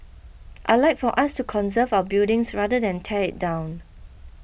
I'd like for us to conserve our buildings rather than tear it down